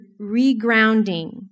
regrounding